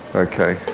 okay,